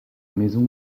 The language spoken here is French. maison